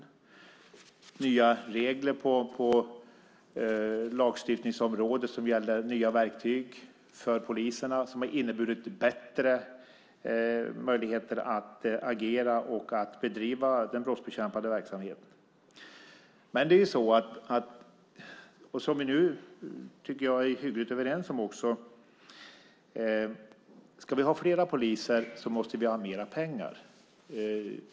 Vi fick nya regler på lagstiftningsområdet som gäller nya verktyg för poliserna och som har inneburit bättre möjligheter att agera och att bedriva den brottsbekämpande verksamheten. Jag tycker att vi nu är hyggligt överens om att om vi ska ha fler poliser så måste vi ha mer pengar.